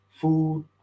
food